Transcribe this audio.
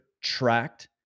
tracked